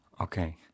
Okay